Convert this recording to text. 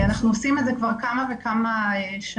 אנחנו עושים את זה כבר כמה וכמה שנים.